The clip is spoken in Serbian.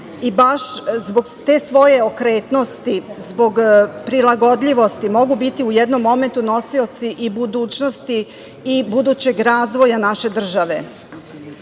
i baš zbog te svoje okretnosti, zbog prilagodljivosti mogu biti u jednom momentu i nosioci i budućnosti i budućeg razvoja naše države. Poznato